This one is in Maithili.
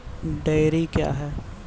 डेयरी क्या हैं?